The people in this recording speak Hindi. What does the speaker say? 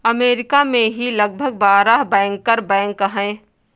अमरीका में ही लगभग बारह बैंकर बैंक हैं